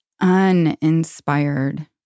uninspired